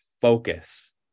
focus